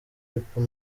people